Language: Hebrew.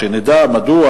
שנדע מדוע.